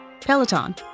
Peloton